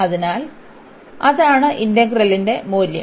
അതിനാൽ അതാണ് ഇന്റഗ്രലിന്റെ മൂല്യം